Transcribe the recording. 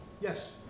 Yes